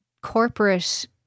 corporate